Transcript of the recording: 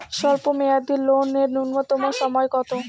স্বল্প মেয়াদী লোন এর নূন্যতম সময় কতো?